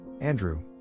Andrew